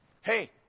hey